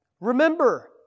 Remember